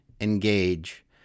engage